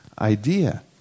idea